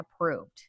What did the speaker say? approved